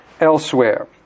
elsewhere